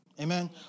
Amen